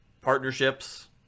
Partnerships